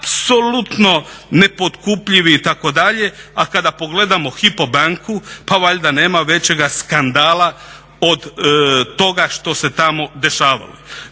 apsolutno nepotkupljivi itd. a kada pogledamo HYPO banku pa valjda nema većega skandala od toga što se tamo dešavalo.